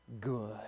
good